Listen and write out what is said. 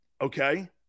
okay